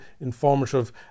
informative